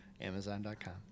amazon.com